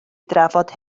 drafod